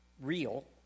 real